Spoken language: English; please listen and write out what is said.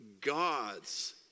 God's